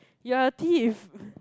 yeah thief